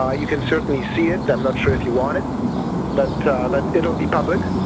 ah you can certainly see it. i'm not sure if you want it but it will be public.